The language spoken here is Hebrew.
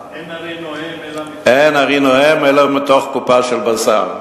34,000. אין ארי נוהם אלא מתוך קופה של בשר.